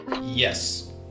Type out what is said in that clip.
Yes